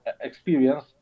experience